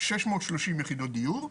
שש מאות שלושים יחידות דיור.